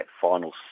final